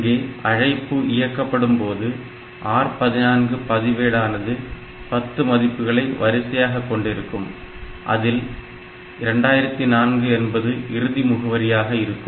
இங்கே அழைப்பு இயக்கப்படும்போது R 14 பதிவேடானது 10 மதிப்புகளை வரிசையாககொண்டிருக்கும் அதில் 2004 என்பது இறுதி முகவரியாக இருக்கும்